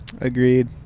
agreed